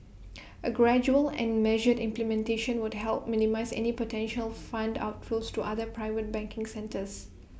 A gradual and measured implementation would help minimise any potential fund outflows to other private banking centres